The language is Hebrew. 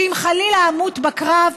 שאם חלילה אמות בקרב,